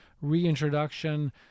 reintroduction